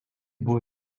buvo